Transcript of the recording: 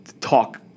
talk